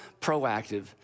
proactive